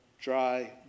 dry